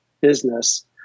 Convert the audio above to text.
business